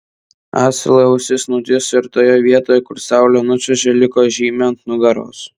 asilui ausys nutįso ir toje vietoj kur saulė nučiuožė liko žymė ant nugaros